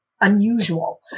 unusual